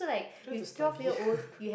don't you have to study